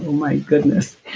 my goodness.